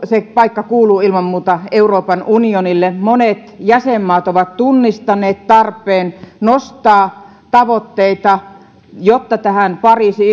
se paikka kuuluu ilman muuta euroopan unionille monet jäsenmaat ovat tunnistaneet tarpeen nostaa tavoitteita jotta pariisin